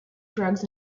drugs